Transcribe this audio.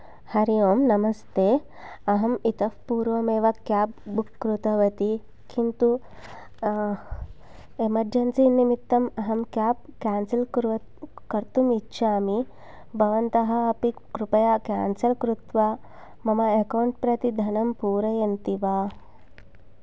हरि ओम् नमस्ते अहम् इतः पूर्वमेव केब् बुक् कृतवती किन्तु एमरजेन्सि निमित्तम् अहं केब् केन्सल् कुर्वत् कर्तुम् इच्छामि भवन्तः अपि कृपया केन्सल् कृत्त्वा मम अकौण्ट् प्रति धनं पूरयन्ति वा